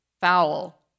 foul